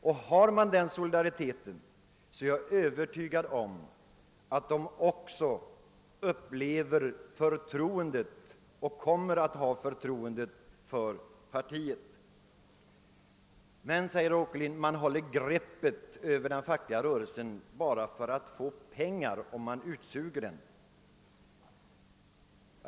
Finns den solidariteten är jag övertygad om att man också har och kommer att ha förtroende för partiet. Men herr Åkerlind säger att man behåller greppet om den fackliga rörelsen bara för att få pengar och suga ut den.